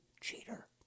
Cheater